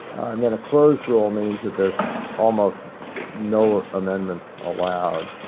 and then a closed rules means that there's almost no ah amendments allowed.